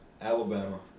Alabama